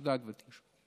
תודה, גברתי היושבת-ראש.